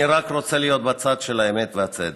אני רק רוצה להיות בצד של האמת והצדק.